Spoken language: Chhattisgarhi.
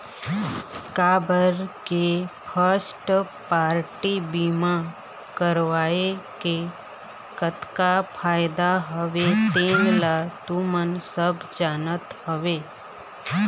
काबर के फस्ट पारटी बीमा करवाय के कतका फायदा हवय तेन ल तुमन सब जानत हव